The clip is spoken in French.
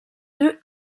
d’eux